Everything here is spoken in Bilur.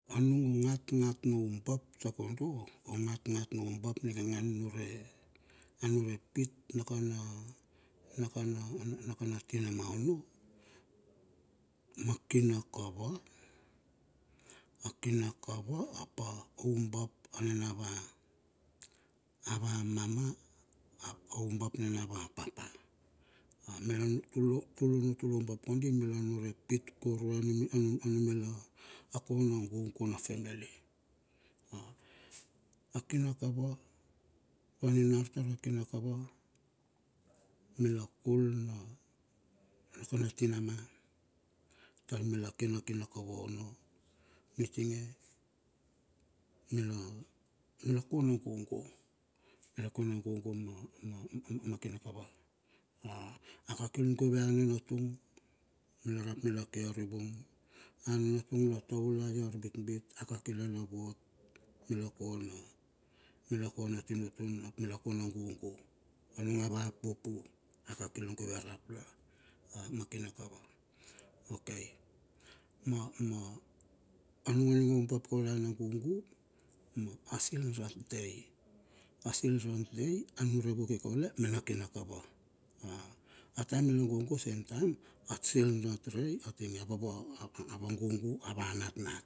Anung ngatngat noubap takodo o ngatngat noubap niga a nunure nure pit nakana nakana nakana tinama ono ma kinakava akinakava ap a oumbat ananenava ava mama ap oubap anenava papa. A mila tulo tulono tuloubat kodi mila nure pit kurue anu anumila akona gugu na femely. A akinakava vaninar tara kina kava mila kul na nakana tinama tarmila kina kina kava ono mitinge mila, mila kona gugu. mila kona gugu ma ma kina kava. Akakil guve ananatung mila rap mila kearivung a nanatung la taulai arbitbit a kakil la lavot mila kona mila kona tinutun ap mila kona gugu anung ava pupu a kakil guve rap la ma kina kava. Okai ma ma anung ning aubap kaule ana gugu ma a cilrans dai. cilrans dai a nunure woki kaule mena kinakava a ataem mila gugu seim taem acilrens dai avava gugu ava natnat.